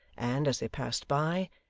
and, as they passed by,